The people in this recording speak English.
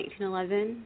1911